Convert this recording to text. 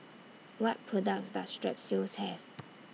What products Does Strepsils Have